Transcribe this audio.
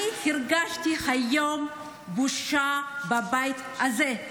אני הרגשתי היום בושה בבית הזה,